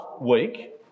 week